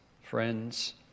friends